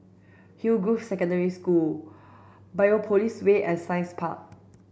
Hillgrove Secondary School Biopolis Way and Science Park